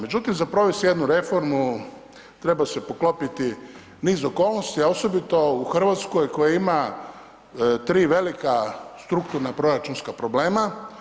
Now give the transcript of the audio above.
Međutim za provest jednu reformu treba se poklopiti niz okolnosti, a osobito u Hrvatskoj koja ima 3 velika strukturna proračunska problema.